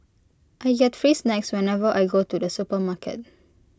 I get free snacks whenever I go to the supermarket